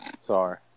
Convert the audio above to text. Sorry